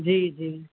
جی جی